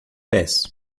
pés